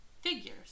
figures